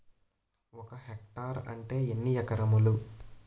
ఒక హెక్టార్ అంటే ఎన్ని ఏకరములు?